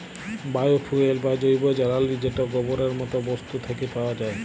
bio fuel বা জৈব জ্বালালী যেট গোবরের মত বস্তু থ্যাকে পাউয়া যায়